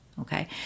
Okay